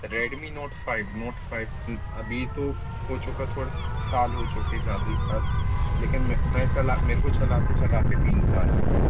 Redmi note five note five अब यह तो हो चुका थोड़ा साल हो चुके ज़्यादे साल लेकिन मैं चला मेरे को चलाते चलाते तीन साल हुए हैं